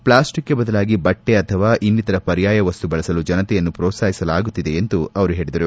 ಪ್ಲಾಸ್ಟಿಕ್ಗೆ ಬದಲಾಗಿ ಬಟ್ಟೆ ಅಥವಾ ಇನ್ನಿತರ ಪರ್ಯಾಯ ವಸ್ತು ಬಳಸಲು ಜನತೆಯನ್ನು ಪ್ರೋತ್ಸಾಹಿಸಲಾಗುತ್ತಿದೆ ಎಂದು ಅವರು ಹೇಳಿದರು